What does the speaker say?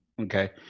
Okay